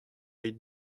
aet